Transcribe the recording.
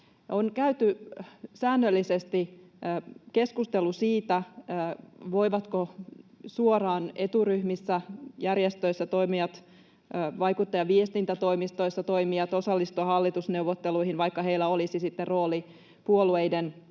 On käyty säännöllisesti keskustelua siitä, voivatko suoraan eturyhmissä, järjestöissä toimijat, vaikuttajaviestintätoimistoissa toimijat osallistua hallitusneuvotteluihin, vaikka heillä olisi rooli myöskin puolueiden jäseninä